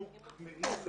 אנחנו כמהים לפידבק,